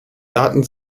daten